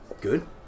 Good